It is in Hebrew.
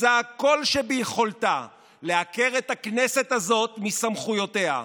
שעושה כל שביכולתה לעקר את הכנסת הזאת מסמכויותיה,